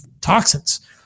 toxins